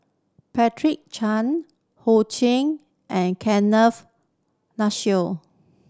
Patricia Chan Ho Ching and Kenneth Mitchell